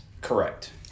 Correct